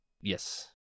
Yes